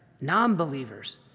non-believers